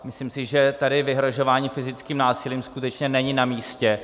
Myslím si, že tady vyhrožování fyzickým násilím skutečně není na místě.